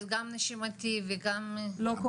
גם נשימתי וגם --- לא קורונה.